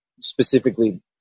specifically